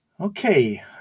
Okay